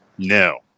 No